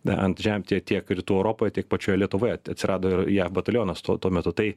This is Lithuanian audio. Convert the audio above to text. a ant žemt tiek tiek rytų europoj tiek pačioj lietuvoje atsirado ir jav batalionas tuo tuo metu tai